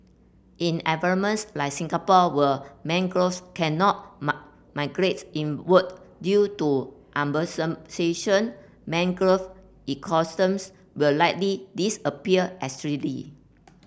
in ever like Singapore where mangrove cannot migrates inward due to urbanisation mangrove ecosystems will likely disappear